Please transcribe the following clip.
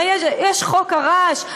הרי יש חוק הרעש.